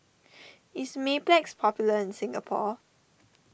is Mepilex popular in Singapore